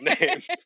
names